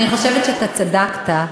אני חושבת שאתה צדקת,